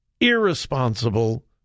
irresponsible